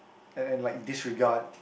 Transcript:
and and like disregard